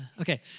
okay